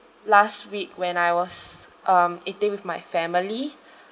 last week when I was um eating with my family